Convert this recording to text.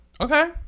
Okay